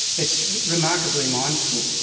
it's remarkably mindful,